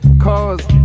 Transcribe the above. Cause